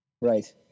right